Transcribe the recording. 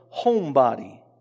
homebody